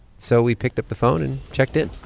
so we picked up the phone and checked in